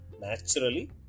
naturally